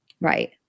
Right